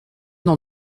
dans